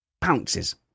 pounces